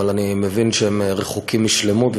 אבל אני מבין שהם רחוקים משלמות.